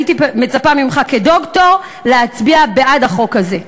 הייתי מצפה ממך כדוקטור להצביע בעד החוק הזה.